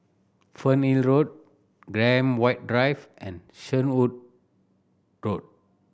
Fernhill Road Graham White Drive and Shenvood Road